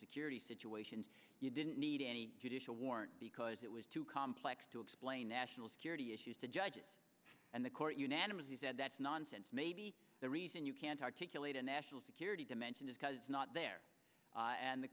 security situations you didn't need any judicial warrant because it was too complex to explain national security issues to judges and the court unanimously said that's nonsense maybe the reason you can't articulate a national security dimension is not there and the